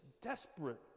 desperate